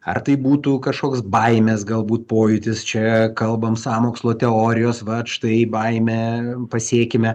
ar tai būtų kažkoks baimės galbūt pojūtis čia kalbam sąmokslo teorijos vat štai baimę pasėkime